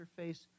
interface